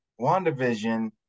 WandaVision